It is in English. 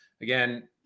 again